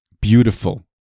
beautiful